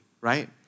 Right